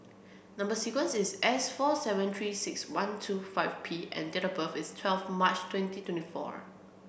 number sequence is S four seven three six one two five P and date of birth is twelve March twenty twenty four